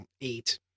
eight